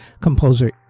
Composer